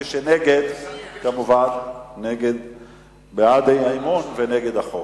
מי שנגד, כמובן בעד האי-אמון ונגד החוק.